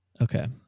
Okay